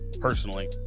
personally